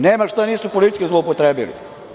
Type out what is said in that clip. Nema šta nisu politički zloupotrebili.